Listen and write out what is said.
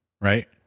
Right